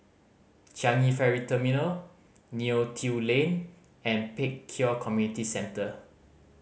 Changi Ferry Terminal Neo Tiew Lane and Pek Kio Community Centre